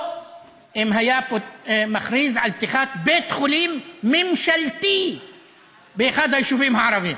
או אם היה מכריז על פתיחת בית חולים ממשלתי באחד היישובים הערביים.